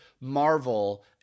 Marvel